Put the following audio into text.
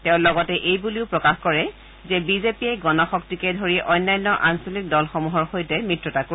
তেওঁ লগতে এই বুলি প্ৰকাশ কৰে যে বিজেপিয়ে গণশক্তিকে ধৰি অন্যান্য আঞ্চলিক দলসমূহৰ সৈতে মিত্ৰতা কৰিব